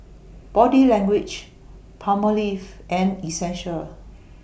Body Language Palmolive and Essential